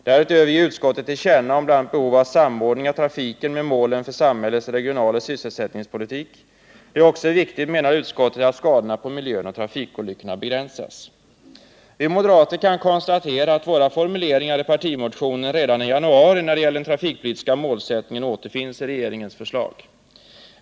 Därutöver ger utskottet till känna bl.a. behovet av samordning av trafiken med målen för samhällets regionaloch sysselsättningspolitiska mål. Det är också viktigt, menar utskottet, att skadorna på miljön och trafikolyckorna begrän Sas. Vi moderater kan konstatera att våra formuleringar i partimotionen redan i januari, när det gäller den trafikpolitiska målsättningen, återfinns i regeringens förslag.